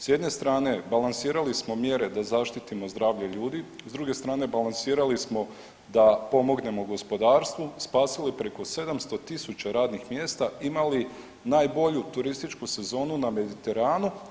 S jedne strane balansirali smo mjere da zaštitimo zdravlje ljudi, s druge strane balansirali smo da pomognemo gospodarstvu, spasili preko 700 000 radnih mjesta, imali najbolju turističku sezonu na Mediteranu.